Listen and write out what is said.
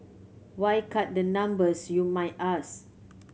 why cut the numbers you might ask